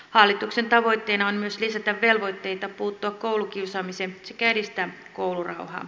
hallituksen tavoitteena on myös lisätä velvoitteita puuttua koulukiusaamiseen sekä edistää koulurauhaa